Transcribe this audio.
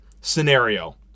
scenario